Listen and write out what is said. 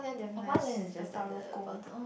oh Hualien is just at the bottom